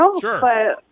Sure